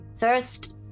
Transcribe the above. first